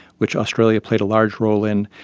which australia played a large role in,